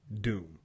doom